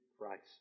Christ